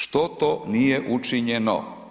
Što to nije učinjeno?